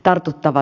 tartuttava